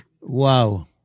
Wow